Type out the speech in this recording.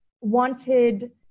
wanted